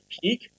Peak